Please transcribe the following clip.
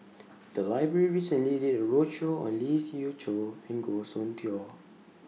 The Library recently did A roadshow on Lee Siew Choh and Goh Soon Tioe